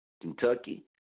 Kentucky